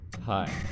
Hi